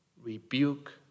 rebuke